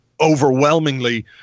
overwhelmingly